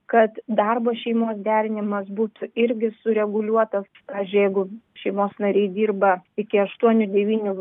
kad darbas šeimos derinimas būtų irgi sureguliuotas pavyzdžiui jeigu šeimos nariai dirba iki aštuonių devynių